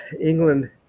England